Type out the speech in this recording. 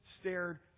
stared